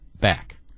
back